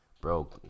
bro